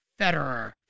Federer